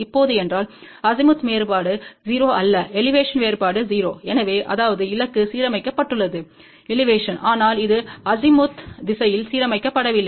இப்போது என்றால் அஸிமுத் வேறுபாடு 0 அல்ல எலிவேஷன் வேறுபாடு 0 எனவேஅதாவது இலக்கு சீரமைக்கப்பட்டுள்ளது எலிவேஷன் ஆனால் அது அசிமுத் திசையில் சீரமைக்கப்படவில்லை